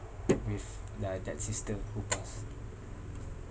with uh that sister who passed